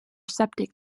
septic